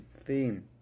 theme